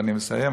ואני מסיים,